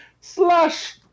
slash